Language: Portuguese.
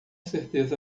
certeza